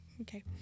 okay